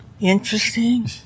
Interesting